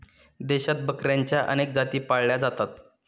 देशात बकऱ्यांच्या अनेक जाती पाळल्या जातात